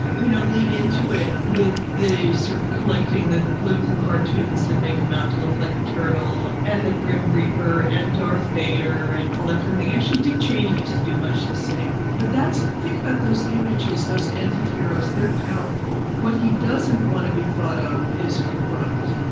you know, lean into it with the sort of collecting the political cartoons that make him out to look like a turtle and the grim reaper and darth vader and all that kind of thing. actually, dick cheney used to do much the same, but that's it. think about those images, those antiheroes. they're powerful. what he doesn't want to be thought of is corrupt.